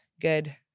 good